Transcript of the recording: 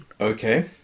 Okay